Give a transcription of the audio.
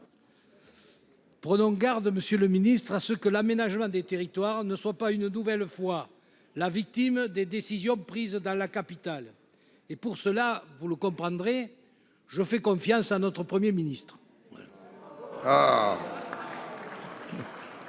Prenons garde, monsieur le ministre, que l'aménagement des territoires ne soit une nouvelle fois la victime des décisions prises dans la capitale. Pour cela, vous le comprendrez, je fais confiance à notre Premier ministre